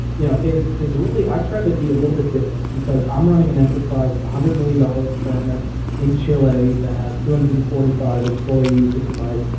you know is is really, i try to be a little bit different because i'm running an enterprise, a hundred-million-dollar experiment in chile that has two hundred and forty five employees if you like.